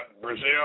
Brazil